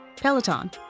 Peloton